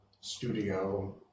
Studio